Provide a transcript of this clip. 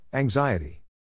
Anxiety